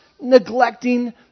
neglecting